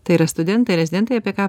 tai yra studentai rezidentai apie ką